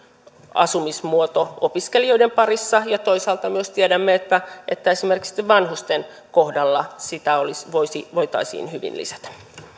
asumismuoto opiskelijoiden parissa ja toisaalta myös tiedämme että että esimerkiksi vanhusten kohdalla sitä voitaisiin hyvin lisätä